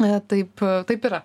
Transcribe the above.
na taip taip yra